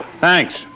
Thanks